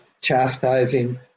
chastising